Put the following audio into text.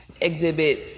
Exhibit